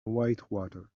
whitewater